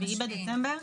בדצמבר.